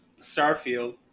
Starfield